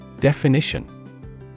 Definition